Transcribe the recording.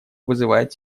вызывает